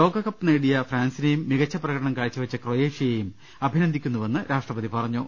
ലോകകപ്പ് നേടിയ ഫ്രാൻസിനെയും മികച്ച പ്രകടനം കാഴ്ചവെച്ച ക്രൊയേഷ്യയെയും അഭിനന്ദിക്കുന്നുവെന്ന് രാഷ്ട്രപതി പറഞ്ഞു